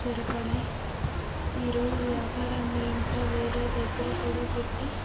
స్థిరపడే ఈరోజు వ్యాపారాన్ని ఇంకా వేరే దగ్గర కూడా పెట్టి